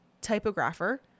typographer